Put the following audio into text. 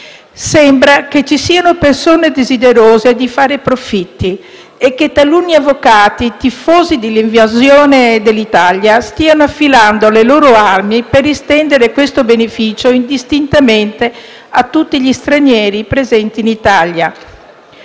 Sembra che ci siano persone desiderose di fare profitti e che taluni avvocati, tifosi dell'invasione dell'Italia, stiano affilando le loro armi per estendere questo beneficio indistintamente a tutti gli stranieri presenti nel